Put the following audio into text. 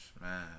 Man